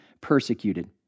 persecuted